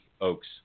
Oaks